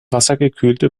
wassergekühlte